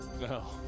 No